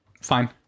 Fine